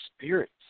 spirits